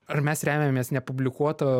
ar mes remiamės nepublikuoto